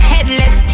Headless